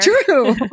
True